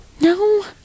No